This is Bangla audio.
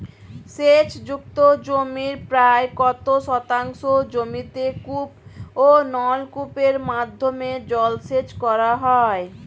সেচ যুক্ত জমির প্রায় কত শতাংশ জমিতে কূপ ও নলকূপের মাধ্যমে জলসেচ করা হয়?